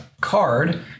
card